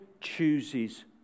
chooses